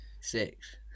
Six